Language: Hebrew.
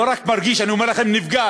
לא רק מרגיש, אני אומר לכם, נבגד,